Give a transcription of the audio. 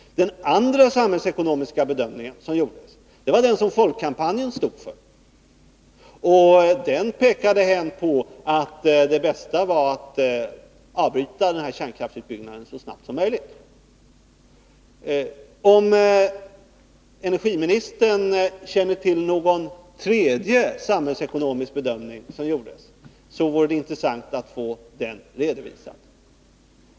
Den andra samhällsekonomiska bedömningen som gjordes stod folkkampanjen för. Den pekade på att det bästa var att avbryta kärnkraftsutbyggnaden så snart som möjligt. Om energiministern känner till någon tredje samhällsekonomisk bedömning, vore det intressant att få den redovisad.